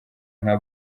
nka